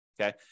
okay